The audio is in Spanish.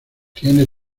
tiene